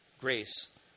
grace